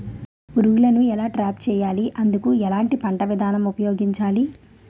పురుగులను ఎలా ట్రాప్ చేయాలి? అందుకు ఎలాంటి పంట విధానం ఉపయోగించాలీ?